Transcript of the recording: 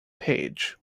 page